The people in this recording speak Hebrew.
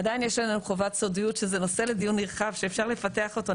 עדיין יש לנו חובת סודיות שזה נושא לדיון נרחב ואפשר לפתח אותו,